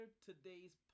Today's